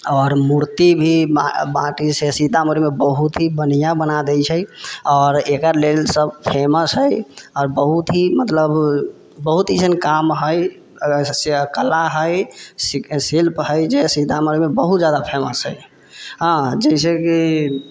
आओर मूर्ति भी माटिसँ सीधा ओकरामे बहुत हि बढ़िऑं बना दै छै आओर एकर लेल सभ फेमस हइ आओर बहुत हि मतलब बहुत एसन काम हइ कला हइ शिल्प हइ जे सीतामढ़ीमे बहुत जादा फेमस हइ हँ जाहिसे कि